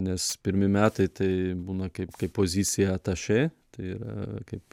nes pirmi metai tai būna kaip kaip pozicija atašė tai yra kaip